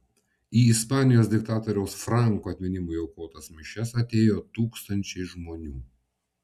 į ispanijos diktatoriaus franco atminimui aukotas mišias atėjo tūkstančiai žmonių